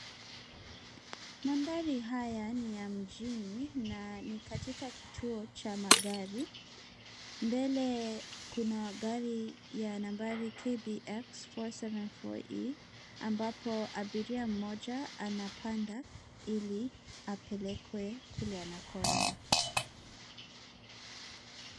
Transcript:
Mandhari haya ni ya mjini na ni katika kituo cha magari. Mbele kuna gari ya nambari KBX four seven four E,ambapo abiria mmoja anapanda ili apelekwe kule anakoenda.